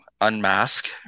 unmask